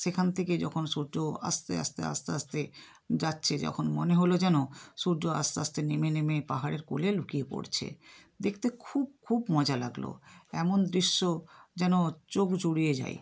সেখান থেকে যখন সূর্য আস্তে আস্তে আস্তে আস্তে যাচ্ছে যখন মনে হলো যেন সূর্য আস্তে আস্তে নেমে নেমে পাহাড়ের কোলে লুকিয়ে পড়ছে দেখতে খুব খুব মজা লাগল এমন দৃশ্য যেন চোখ জুড়িয়ে যায়